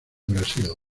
brasil